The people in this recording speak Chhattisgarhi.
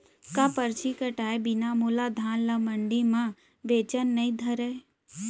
का परची कटाय बिना मोला धान ल मंडी म बेचन नई धरय?